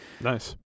Nice